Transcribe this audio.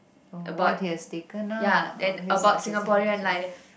oh what he has taken ah oh that's interesting the personal